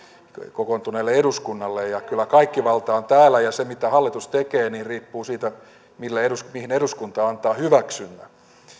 kokoontuneella eduskunnalla kyllä kaikki valta on täällä ja se mitä hallitus tekee riippuu siitä mihin eduskunta antaa hyväksynnän että